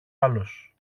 άλλος